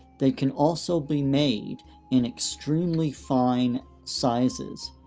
they can also be made in extremely fine sizes,